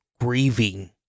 grieving